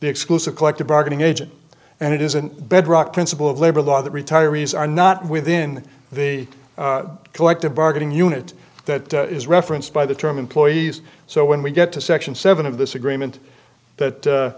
exclusive collective bargaining agent and it is an bedrock principle of labor law that retirees are not within the collective bargaining unit that is referenced by the term employees so when we get to section seven of this agreement